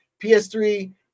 PS3